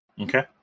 Okay